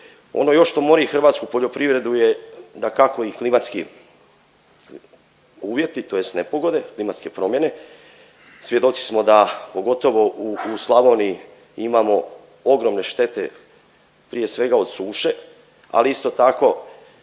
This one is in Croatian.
Ono još što mori hrvatsku poljoprivredu je dakako i klimatski uvjeti tj. nepogode, klimatske promjene. Svjedoci smo da, pogotovo u, u Slavoniji imamo ogromne štete prije svega od suše, ali isto tako